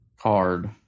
card